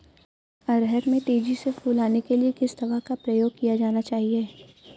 अरहर में तेजी से फूल आने के लिए किस दवा का प्रयोग किया जाना चाहिए?